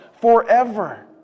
forever